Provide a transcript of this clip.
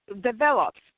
develops